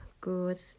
good